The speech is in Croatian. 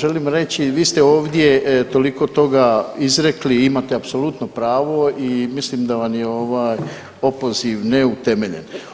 želim reći, vi ste ovdje toliko toga izrekli i imate apsolutno pravo i mislim da vam je ovaj opoziv neutemeljen.